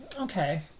Okay